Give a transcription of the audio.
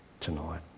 tonight